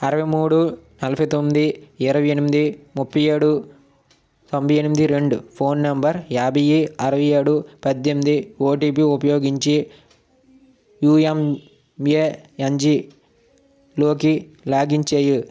అరవై మూడు నలబై తొమ్మిది ఇరవై ఎనిమిది ముప్పై ఏడు తొంభై ఎనిమిది రెండు ఫోన్ నంబర్ యాభై అరవై ఏడు పద్దెనిమి ఓటీపీ ఉపయోగించి యుఎంఏఎన్జిలోకి లాగిన్ చేయి